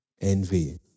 Envy